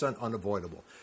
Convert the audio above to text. unavoidable